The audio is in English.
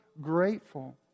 grateful